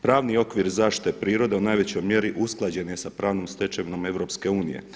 Pravni okvir zaštite prirode u najvećoj mjeri usklađen je sa pravom stečevinom EU.